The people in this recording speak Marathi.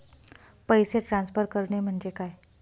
पैसे ट्रान्सफर करणे म्हणजे काय?